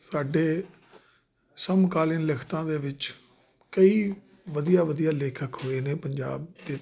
ਸਾਡੇ ਸਮਕਾਲੀ ਲਿਖਤਾਂ ਦੇ ਵਿੱਚ ਕਈ ਵਧੀਆ ਵਧੀਆ ਲੇਖਕ ਹੋਏ ਨੇ ਪੰਜਾਬ ਦੇ